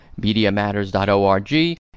MediaMatters.org